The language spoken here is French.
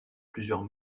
plusieurs